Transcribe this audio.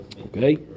Okay